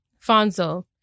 Fonzo